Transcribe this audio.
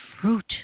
fruit